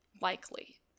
likely